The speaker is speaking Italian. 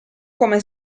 come